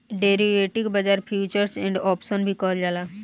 derivative बाजार futures and option भी कहल जाला